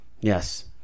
Yes